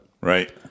Right